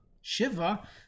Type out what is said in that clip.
Shiva